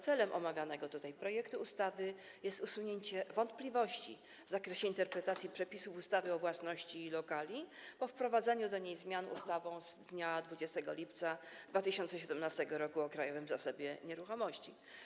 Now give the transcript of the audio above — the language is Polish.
Celem omawianego projektu ustawy jest usunięcie wątpliwości w zakresie interpretacji przepisów ustawy o własności lokali po wprowadzeniu do niej zmian ustawą z dnia 20 lipca 2017 r. o Krajowym Zasobie Nieruchomości.